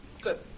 Good